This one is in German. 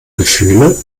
gefühle